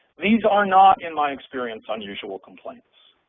these are not, in my experience, unusual complaints.